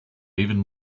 even